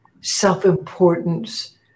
self-importance